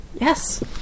Yes